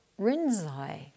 Rinzai